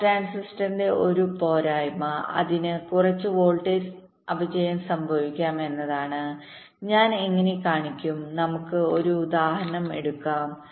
pass ട്രാൻസിസ്റ്ററിന്റെ ഒരു പോരായ്മ അതിന് കുറച്ച് വോൾട്ടേജ് അപചയം സംഭവിക്കാം എന്നതാണ് ഞാൻ എങ്ങനെ കാണിക്കും നമുക്ക് ഒരു ഉദാഹരണം എടുക്കാം